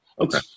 Okay